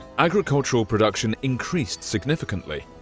agricultural production increased significantly.